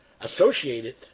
associated